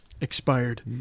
expired